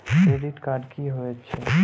Credit card की होई छै?